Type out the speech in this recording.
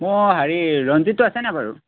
মোৰ হেৰি ৰঞ্জিতটো আছেনে বাৰু